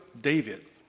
David